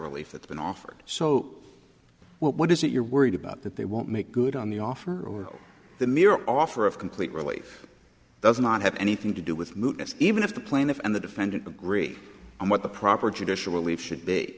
relief that's been offered so what is it you're worried about that they won't make good on the offer or the mere offer of complete relief does not have anything to do with mootness even if the plaintiff and the defendant agree on what the proper judicial relief should be